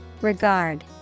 Regard